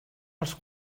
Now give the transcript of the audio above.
els